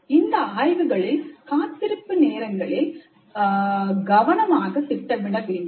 இந்த ஆய்வுகளில் காத்திருப்பு நேரங்களை கவனமாக திட்டமிட வேண்டும்